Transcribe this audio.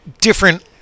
different